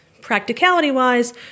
practicality-wise